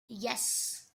yes